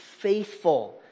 faithful